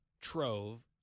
trove